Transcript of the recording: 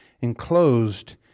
enclosed